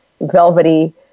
velvety